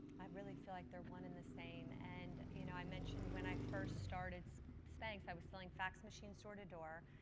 i really feel like they're one in the same. and you know i mentioned when i first started spanx, i was selling fax machines door to door.